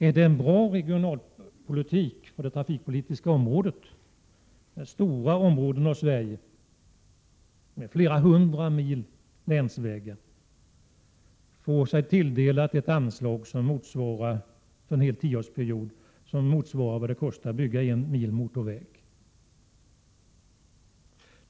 Är det en bättre regionalpolitik på det trafikpolitiska området när stora delar av Sverige med flera hundra mil länsvägar får sig tilldelat ett anslag för en hel tioårsperiod som motsvarar vad det kostar att bygga en mil motorväg?